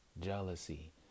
jealousy